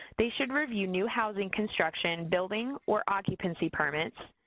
they should review new housing construction, building, or occupancy permits,